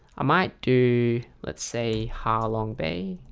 i might do let's say halong bay